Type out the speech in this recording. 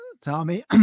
tommy